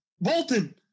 Bolton